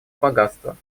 богатства